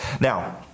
Now